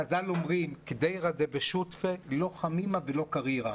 חז"ל אומרים 'קדירא דבשותפא לא חמימא ולא קרירא'.